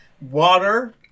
Water